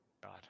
God